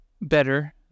better